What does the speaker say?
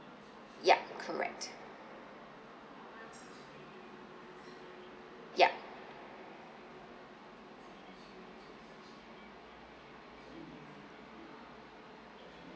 yup correct yup